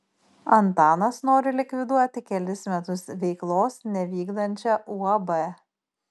antanas nori likviduoti kelis metus veiklos nevykdančią uab